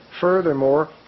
furthermore